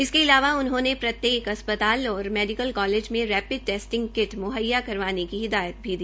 इसके अलावा उन्होंने प्रत्येक अस्पताल और मेडीकल कॉलेज में रेपिड टैस्टिंग किट मुहैया करवाने की हिदायत भी की